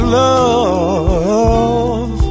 love